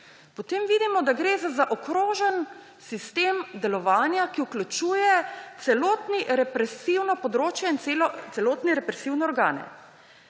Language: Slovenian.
potem vidimo, da gre za zaokrožen sistem delovanja, ki vključuje celotno represivno področje in celotne represivne organe.